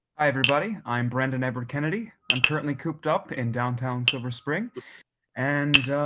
everybody. i'm brendan edward kennedy. i'm currently cooped up in downtown silver spring and,